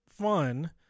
fun